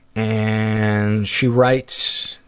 and she writes,